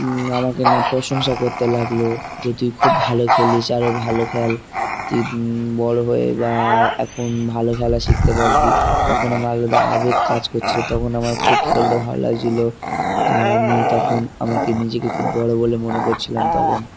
আমাকে না প্রশংসা করতে লাগলো যে তুই খুব ভালো খেলিস আরো ভালো খেল তুই বড়ো হয়ে বা এখন ভালো খেলা শিখতে পারবি তখন আমার আলাদা আবেগ কাজ করছিল তখন আমার খুব খেলতে ভালো লাগছিলো আর আমি তখন আমাকে নিজেকে খুব বড়ো বলে মনে করছিলাম তখন